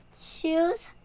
shoes